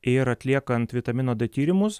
ir atliekant vitamino d tyrimus